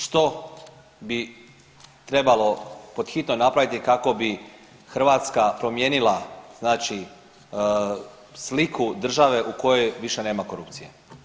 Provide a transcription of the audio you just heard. Što bi trebalo pod hitno napraviti kako bi Hrvatska promijenila sliku države u kojoj više nema korupcije?